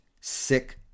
sick